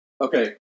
Okay